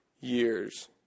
years